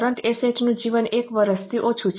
current asset નું જીવન 1 વર્ષથી ઓછું છે